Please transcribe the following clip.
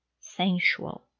sensual